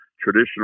traditional